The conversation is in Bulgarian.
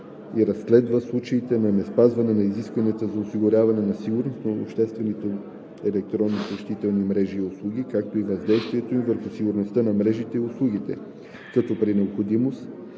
и разследва случаи на неспазване на изискванията за осигуряване на сигурност на обществените електронни съобщителни мрежи и услуги, както и въздействието им върху сигурността на мрежите и услугите, като при необходимост